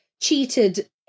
cheated